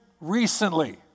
recently